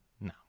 No